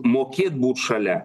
mokėt būti šalia